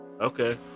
Okay